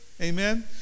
amen